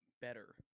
better